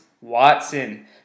Watson